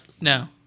No